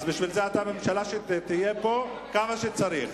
אז בשביל זה אתה ממשלה ותהיה פה כמה שצריך.